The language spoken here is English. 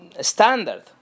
standard